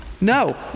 no